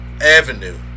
avenue